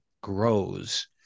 grows